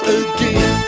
again